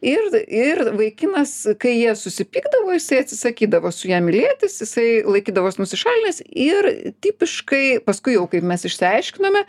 ir ir vaikinas kai jie susipykdavo jisai atsisakydavo su ja mylėtis jisai laikydavos nusišalinęs ir tipiškai paskui jau kaip mes išsiaiškinome